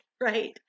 right